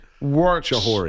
Works